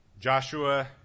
Joshua